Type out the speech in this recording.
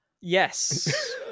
Yes